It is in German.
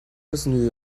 müssen